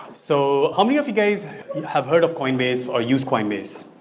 so how many of you guys have heard of coinbase or use coinbase?